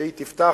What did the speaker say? והיא תפתח,